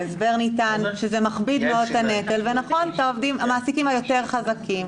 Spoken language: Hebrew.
ההסבר ניתן ונאמר שזה מכביד מאוד את הנטל ונכון שהמעסיקים היותר חזקים,